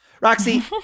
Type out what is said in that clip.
Roxy